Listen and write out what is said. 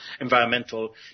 environmental